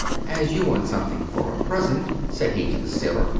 as you want something for a present, said he to the sailor,